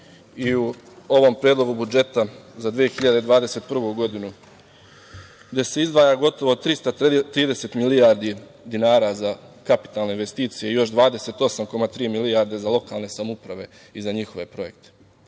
i u ovom predlogu budžeta za 2021. godinu, gde se izdvaja gotovo 330 milijardi dinara za kapitalne investicije, još 28,3 milijarde za lokalne samouprave i za njihove projekte. To